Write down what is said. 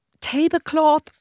tablecloth